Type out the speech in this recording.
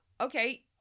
Okay